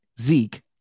Zeke